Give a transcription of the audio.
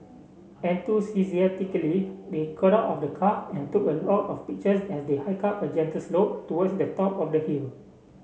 enthusiastically they got out of the car and took a lot of pictures as they hiked up a gentle slope towards the top of the hill